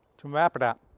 to wrap it up,